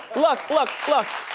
look, look, look,